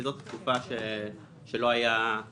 כי זאת התקופה שלא הייתה קורונה.